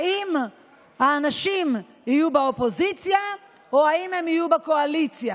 האם האנשים יהיו באופוזיציה או האם הם יהיו בקואליציה.